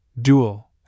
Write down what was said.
dual